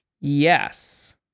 Yes